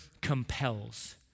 compels